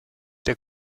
der